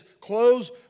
clothes